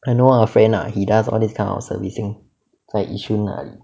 I know a friend ah he does all this kind of servicing 在 yishun ah